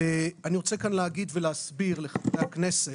אני רוצה כאן להגיד ולהסביר לחברי הכנסת,